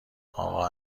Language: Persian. اقا